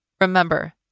Remember